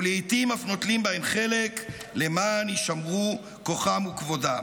ולעיתים אף נוטלים בהם חלק למען יישמרו כוחם וכבודם.